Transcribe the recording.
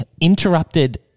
interrupted